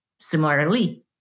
Similarly